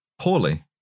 poorly